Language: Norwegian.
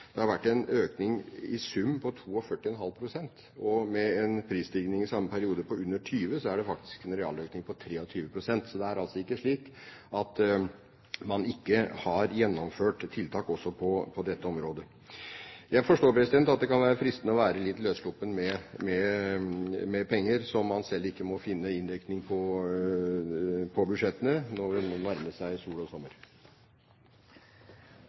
Det har vært en økning i sum på 42½ pst., og med en prisstigning i samme periode på under 20 pst., er det faktisk en reallønnsøkning på 23 pst. Så det er altså ikke slik at man ikke har gjennomført tiltak også på dette området. Jeg forstår at det kan være fristende å være litt løssluppen med penger som man selv ikke må finne inndekning for på budsjettene – når det nå nærmer seg sol og sommer.